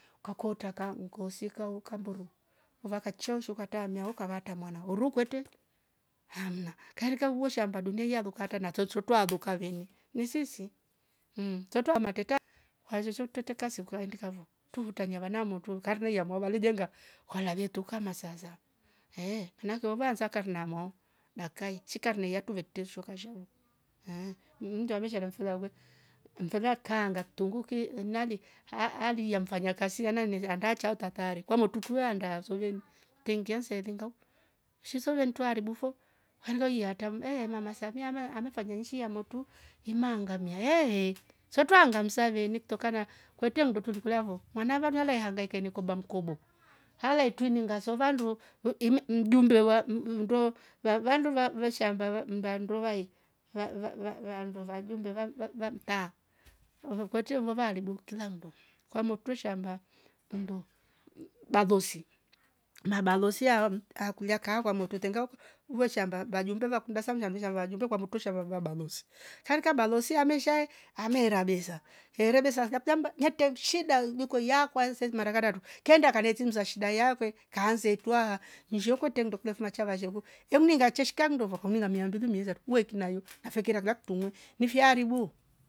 Ukaakoka mkosika horka mburu vakachounju ukatamia hoka vatamwana huru kwete aah amna karekea uvwo shamba duniia gokarta na chotcho twago durka venye nsisi mhh. twatwa mateta wazuzu tweteka sikuendi kavo turu tania vana murto karneia mwavala alijenga walalietu tuka masaza ehh maana ake yova nsakanha namwaa nakai chika niryatu vektishwa shakwashau aahhm, ni undu amesha ramfilavwe umfola kaanga kituunguki enale aa- aalia mfanya kazi ya nanne lianda chauta atare kwa mortu tuyaanda usoveni tengia nselinga hoo shizo nwele ntua aribu foo hando hia artam ehh mwamwa saa miama amefanya nchi ya motu inaangamia ehh ehh sotwa ngamsave niktoka na kwete ndutu tulokulavo mwana vavyale ehh hangaika inikoba nkobo hale itwini ngasova ndu mwoo iime mjumbe wa mhh mmh mnduo wavanzuva veshamba va- va'mndandova yee na va- va- va- va- vanduva jumbu va- va- va- va- vamtaa uvuvukotie vova alibu kila mndo kwa moktwisha amna mnduo balosii mabalosi aaam akulia kaa kwa mototenga lwe shamba baju mbeva kunda samya kwa jumbe kwa mutu shevaluwa balozi. tarikia balozi siaamesha amera beza yere beza vlakutamba mwaite mshida ailuka yaa kwanseev marakadadu kengia akenete mzashaa shida yakwe kaanze twa mzshwoko tendok nafina chava zshweogok yominga cheskamndovo homi ngamia mbili mizatu weiki nayo nefekera kula ktunu nifia haribu.